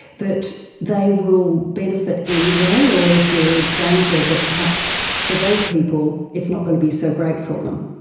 that they will benefit anyway, or is there a danger that perhaps for those people it's not going to be so great for them?